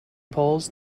polls